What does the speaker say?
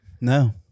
No